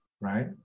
right